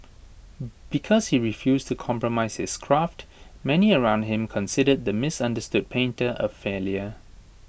because he refused to compromise his craft many around him considered the misunderstood painter A failure